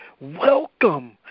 welcome